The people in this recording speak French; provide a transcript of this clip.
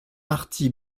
marty